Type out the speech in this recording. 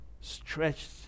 stretched